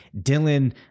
Dylan